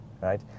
right